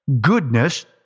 goodness